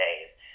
days